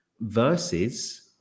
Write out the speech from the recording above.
Versus